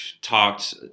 talked